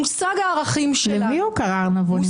מושג הערכים --- למי הוא קרא "ארנבונים תכולי עיניים"?